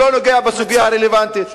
והוא לא נוגע בסוגיה הרלוונטית.